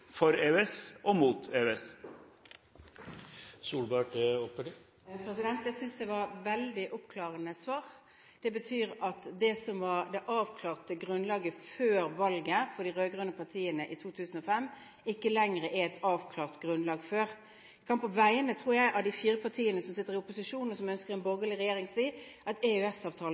for EØS og mot EØS. Jeg synes det var et veldig oppklarende svar. Det betyr at det som var det avklarte grunnlaget før valget for de rød-grønne partiene i 2005, ikke lenger er «et avklart grunnlag før». Jeg kan, tror jeg, på vegne av de fire partiene som sitter i opposisjon, og som ønsker en borgerlig regjering, si at